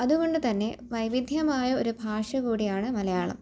അതുകൊണ്ടു തന്നെ വൈവിധ്യമായ ഒരു ഭാഷ കൂടിയാണ് മലയാളം